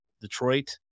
Detroit